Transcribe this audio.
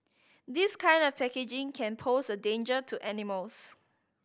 this kind of packaging can pose a danger to animals